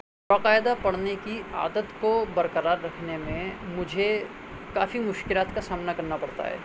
باقاعدہ پڑھنے کی عادت کو برقرار رکھنے میں مجھے کافی مشکلات کا سامنا کرنا پڑتا ہے